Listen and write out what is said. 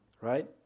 right